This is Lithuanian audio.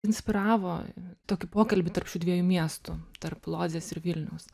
inspiravo tokį pokalbį tarp šių dviejų miestų tarp lodzės ir vilniaus